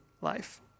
life